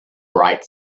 bright